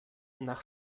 nach